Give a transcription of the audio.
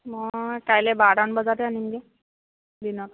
মই কাইলৈ বাৰটামান বজাতে আনিমগৈ দিনত